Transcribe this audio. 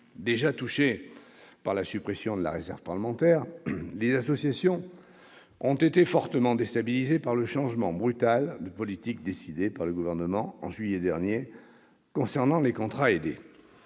Déjà touchées par la suppression de la réserve parlementaire, les associations ont été fortement déstabilisées par le changement brutal de politique décidé par le Gouvernement en juillet dernier concernant les contrats aidés.